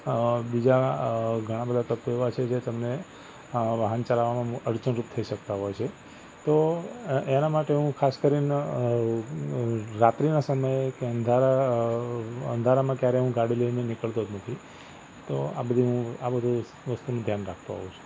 બીજા ઘણાં બધા તત્ત્વો એવાં છે જે તમને વાહન ચલાવવામાં અડચણરૂપ થઈ શકતા હોય છે તો એના માટે હું ખાસ કરીને રાત્રિના સમયે કે અંધારા અંધારામાં ક્યારે હું ગાડી લઈને નીકળતો જ નથી તો આ બધું હું આ બધી વસ્તુઓનું ધ્યાન રાખતો હોઉં છું